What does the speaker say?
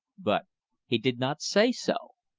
but he did not say so.